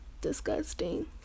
disgusting